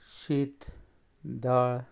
शीत दाळ